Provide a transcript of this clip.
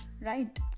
right